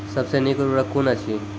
सबसे नीक उर्वरक कून अछि?